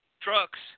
trucks